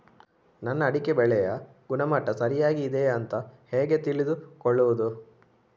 ನನ್ನ ಅಡಿಕೆ ಬೆಳೆಯ ಗುಣಮಟ್ಟ ಸರಿಯಾಗಿ ಇದೆಯಾ ಅಂತ ಹೇಗೆ ತಿಳಿದುಕೊಳ್ಳುವುದು?